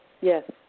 Yes